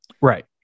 Right